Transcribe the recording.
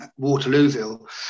Waterlooville